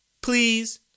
Please